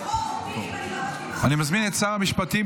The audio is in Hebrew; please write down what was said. חברי הכנסת מכל המגזרים, מכל הסיעות, מכל המגדרים,